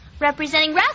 Representing